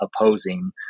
opposing